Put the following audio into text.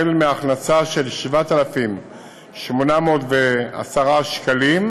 החל בהכנסה של 7,810 ש"ח,